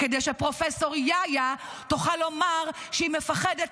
כדי שהפרופסור יאיא תוכל לומר שהיא מפחדת